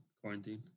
quarantine